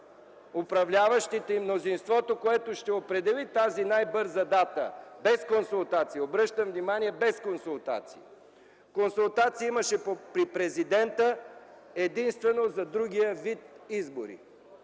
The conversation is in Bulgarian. управляващите и мнозинството, което ще определи тази най-бърза дата без консултации, обръщам внимание – без консултации... Консултации имаше при Президента единствено за другия вид избори.